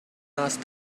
asked